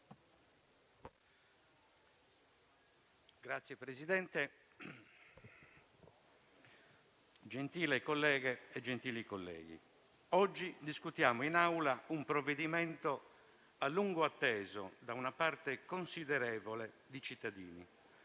Signora Presidente, gentili colleghe e colleghi, oggi discutiamo in Aula un provvedimento a lungo atteso da una parte considerevole di cittadini,